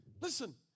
listen